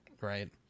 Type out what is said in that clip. right